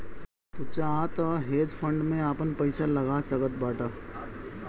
तू चाहअ तअ हेज फंड में आपन पईसा लगा सकत बाटअ